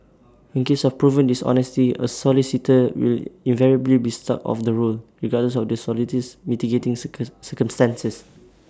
in cases of proven dishonesty A solicitor will invariably be struck off the roll regardless of the solicitor's mitigating circumstances